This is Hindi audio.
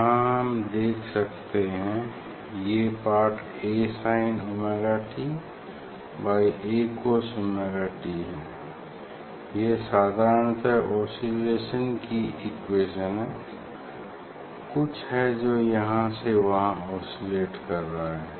यहाँ हम देख सकते हैं ये part Asin omega t by Acos omega t यह साधारणतः ओसिलेशन की इक्वेशन है कुछ है जो यहाँ से वहाँ ऑसिलेट कर रहा है